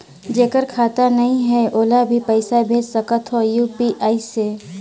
जेकर खाता नहीं है ओला भी पइसा भेज सकत हो यू.पी.आई से?